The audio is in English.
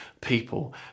people